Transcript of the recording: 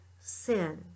sin